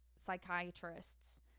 psychiatrists